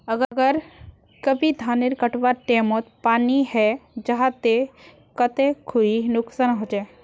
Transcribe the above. अगर कभी धानेर कटवार टैमोत पानी है जहा ते कते खुरी नुकसान होचए?